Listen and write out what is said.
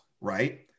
right